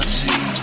see